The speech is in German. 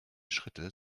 schritte